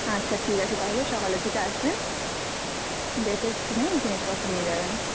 আচ্ছা ঠিক আছে তাহলে সকালের দিকে আসবেন দেখে শুনে জিনিসপত্র নিয়ে যাবেন